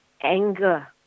anger